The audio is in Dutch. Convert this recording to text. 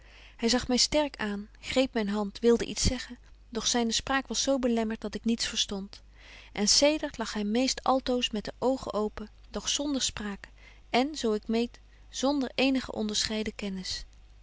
hy zag my sterk aan greep myn hand wilde iets zeggen doch zyne spraak was zo belemmert dat ik niets verstond en zedert lag hy meest betje wolff en aagje deken historie van mejuffrouw sara burgerhart altoos met de oogen open doch zonder spraak en zo ik meen zonder eenige onderscheiden